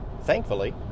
Thankfully